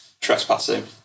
trespassing